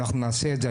אנחנו נעשה את זה.